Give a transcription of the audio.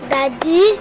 Daddy